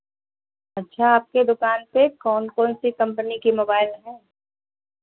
अच्छा आपकी दुकान पे कौन कौन सी कम्पनी के मोबाइल हैं